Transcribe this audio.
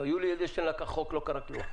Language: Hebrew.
יולי אדלשטיין לקח חוק, לא קרה כלום.